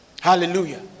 Hallelujah